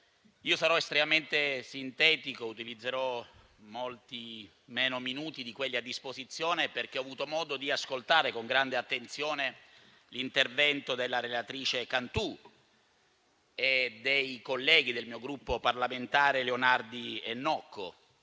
sarò estremamente sintetico e utilizzerò molti meno minuti di quelli a disposizione, perché ho avuto modo di ascoltare con grande attenzione l'intervento della relatrice Cantù e dei colleghi del mio Gruppo parlamentare, Leonardi e Nocco,